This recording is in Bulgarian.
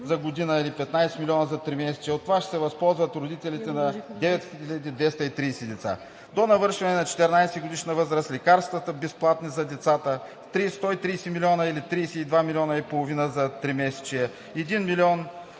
за година, или 15 милиона за тримесечие. От това ще се възползват родителите на 9230 деца. До навършване на 14-годишна възраст лекарствата са безплатни за децата, 130 милиона или 32,5 милиона за тримесечие